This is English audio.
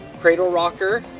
cradle rocker,